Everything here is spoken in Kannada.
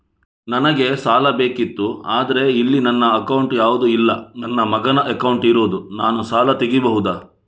ನನಗೆ ಸಾಲ ಬೇಕಿತ್ತು ಆದ್ರೆ ಇಲ್ಲಿ ನನ್ನ ಅಕೌಂಟ್ ಯಾವುದು ಇಲ್ಲ, ನನ್ನ ಮಗನ ಅಕೌಂಟ್ ಇರುದು, ನಾನು ಸಾಲ ತೆಗಿಬಹುದಾ?